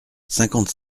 cinquante